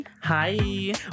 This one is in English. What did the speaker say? Hi